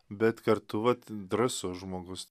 bet kartu vat drąsus žmogus